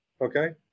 okay